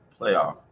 playoff